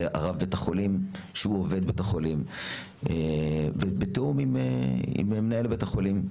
זה רב בית החולים שהוא עובד בית החולים וזה בתיאום מנהל בית החולים.